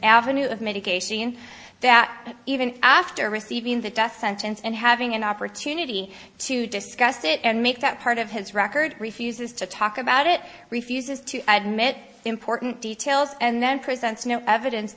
avenue of medication that even after receiving the death sentence and having an opportunity to discuss it and make that part of his record refuses to talk about it refuses to admit important details and then presents no evidence